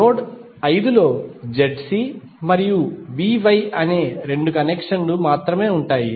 node 5 లోZC మరియు VY అనే రెండు కనెక్షన్లు మాత్రమే ఉంటాయి